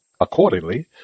Accordingly